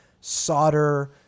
solder